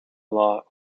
law